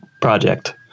project